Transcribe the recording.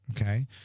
Okay